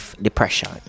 depression